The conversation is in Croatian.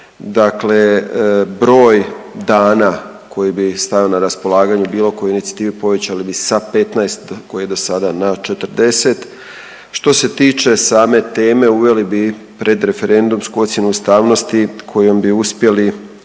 dakle broj dana koji bi stavili na raspolaganje bilo kojoj inicijativi povećali bi sa 15 koje je dosada na 40. Što se tiče same teme uveli bi predreferendumsku ocjenu ustavnosti kojom bi uspjeli,